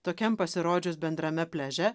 tokiam pasirodžius bendrame pliaže